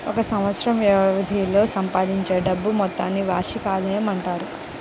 ఒక సంవత్సరం వ్యవధిలో సంపాదించే డబ్బు మొత్తాన్ని వార్షిక ఆదాయం అంటారు